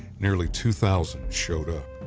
nearly two thousand showed up.